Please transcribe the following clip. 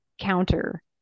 counter